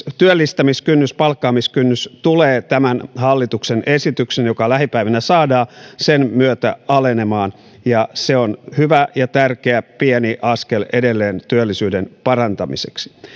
työllistämiskynnys palkkaamiskynnys tulee tämän hallituksen esityksen joka lähipäivinä saadaan myötä alenemaan ja se on hyvä ja tärkeä pieni askel edelleen työllisyyden parantamiseksi